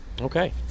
Okay